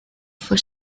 for